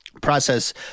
process